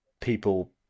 people